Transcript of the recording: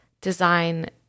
design